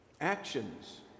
Actions